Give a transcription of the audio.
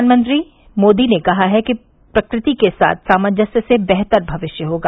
प्रधानमंत्री मोदी ने कहा है कि प्रकृति के साथ सामाजस्य से बेहतर भविष्य होगा